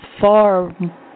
far